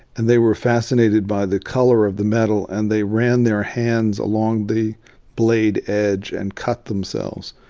and they were fascinated by the color of the metal and they ran their hands along the blade edge and cut themselves.